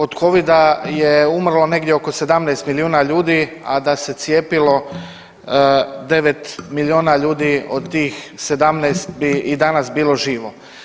Od covida je umrlo negdje oko 17 milijuna ljudi, a da se cijepilo 9 milijuna ljudi od tih 17 bi i danas bilo živo.